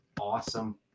awesome